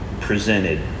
presented